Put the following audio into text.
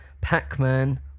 Pac-Man